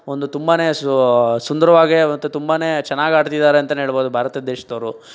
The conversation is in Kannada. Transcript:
ಒಂದು ತುಂಬನೇ ಸೂ ಸುಂದರವಾಗೆ ಮತು ತುಂಬನೇ ಚೆನ್ನಾಗಿ ಆಡ್ತಿದ್ದಾರೆ ಅಂತಲೇ ಹೇಳ್ಬೋದು ಭಾರತ ದೇಶದವರು